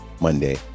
Monday